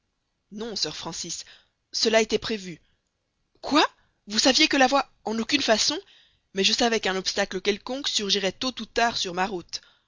non sir francis cela était prévu quoi vous saviez que la voie en aucune façon mais je savais qu'un obstacle quelconque surgirait tôt ou tard sur ma route